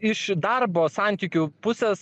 iš darbo santykių pusės